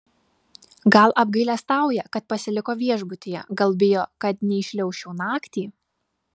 gal apgailestauja kad pasiliko viešbutyje gal bijo kad neįšliaužčiau naktį